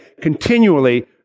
continually